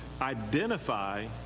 identify